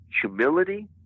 humility